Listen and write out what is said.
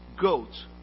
goats